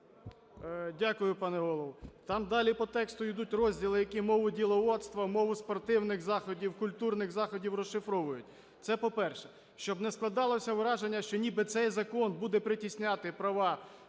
Дякую, пане Голово. Там далі по тексту йдуть розділи, які мову діловодства, мову спортивних заходів, культурних заходів розшифровують. Це по-перше. Щоб не складалося враження, що ніби цей закон буде притісняти права